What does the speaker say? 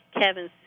Kevin